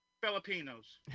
filipinos